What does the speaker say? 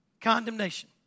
Condemnation